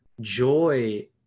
joy